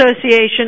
Association